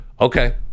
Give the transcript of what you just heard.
Okay